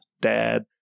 dad